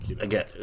again